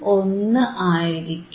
1 ആയിരിക്കും